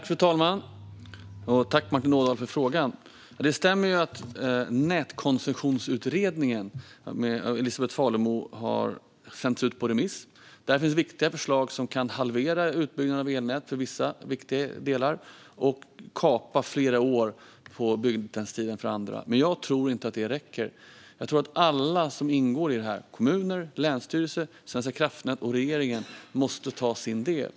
Fru talman! Tack, Martin Ådahl, för frågan! Det stämmer att Nätkoncessionsutredningens och Elisabet Falemos betänkande har sänts ut på remiss. Där finns viktiga förslag som kan halvera utbyggnaden av elnät för vissa viktiga delar och kapa flera år på byggnadstiden för andra. Jag tror dock inte att det räcker. Alla som ingår i detta, kommuner, länsstyrelse, Svenska kraftnät och regeringen, måste ta sin del.